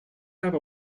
have